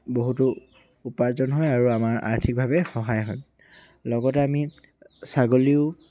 বহুতো উপাৰ্জন হয় আৰু আমাৰ আৰ্থিকভাৱে সহায় হয় লগতে আমি ছাগলীও